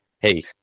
Hey